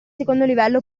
livello